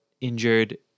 injured